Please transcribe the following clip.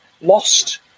Lost